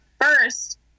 first